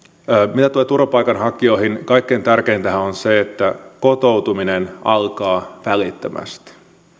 mitä tulee turvapaikanhakijoihin niin kaikkein tärkeintähän on se että kotoutuminen alkaa välittömästi